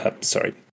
sorry